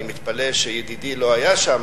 אני מתפלא שידידי לא היה שם,